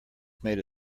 made